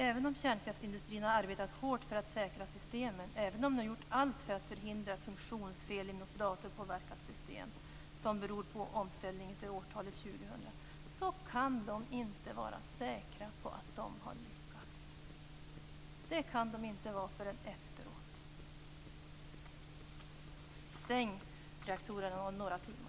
Även om kärnkraftsindustrin har arbetat hårt för att säkra systemen, även om man har gjort allt för att förhindra funktionsfel i något datorpåverkat system som beror på omställning till årtalet 2000, kan man inte vara säker på att ha lyckats. Det kan man inte vara förrän efteråt. Stäng reaktorerna några timmar.